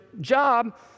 job